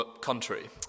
country